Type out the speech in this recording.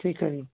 ਠੀਕ ਹੈ ਜੀ